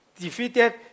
defeated